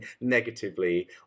negatively